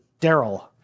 daryl